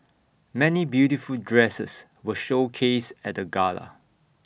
many beautiful dresses were showcased at the gala